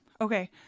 okay